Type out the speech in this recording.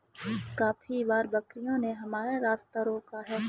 काफी बार बकरियों ने हमारा रास्ता रोका है